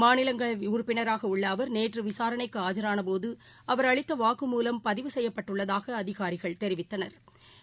மாநிலங்களவைஉறுப்பினராகஉள்ளஅவர் நேற்றுவிசாரணைக்குஆஜரானபோதுஅவர் அளித்தவாக்கு மூலம் பதிவு செய்யப்பட்டுள்ளதாகஅதிகாரிகள் தெரிவித்தனா்